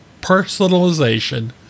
personalization